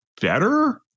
better